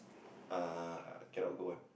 ah cannot go one